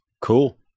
Cool